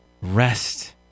Rest